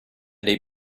dei